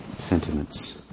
sentiments